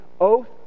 oath